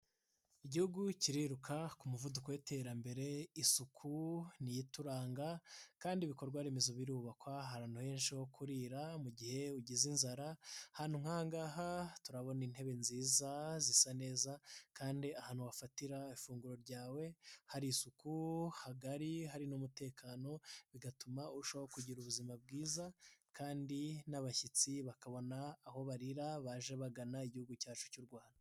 Igihugu kiriruka ku muvuduko w'iterambere, isuku niyo ituranga, kandi ibikorwa remezo birubakwa ahantu henshi, aho kurira mu gihe ugize inzara, ahantu nkaha turabona intebe nziza zisa neza, kandi ahantu wafatira ifunguro ryawe, hari isuku ihagije hari n'umutekano, bigatuma urushaho kugira ubuzima bwiza, kandi n'abashyitsi bakabona aho barira, baje bagana igihugu cyacu cy'u Rwanda.